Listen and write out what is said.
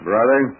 Brother